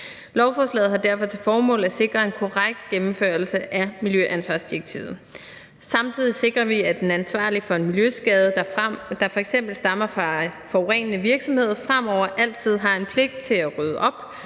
Lovforslaget har derfor til formål at sikre en korrekt gennemførelse af miljøansvarsdirektivet. Samtidig sikrer vi, at den ansvarlige for en miljøskade, der f.eks. stammer fra en forurenende virksomhed, fremover altid har en pligt til at rydde op.